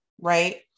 right